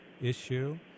issue